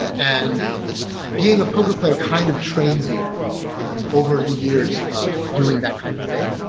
and being a poker player kind of trains you over the years of doing that kind of thing.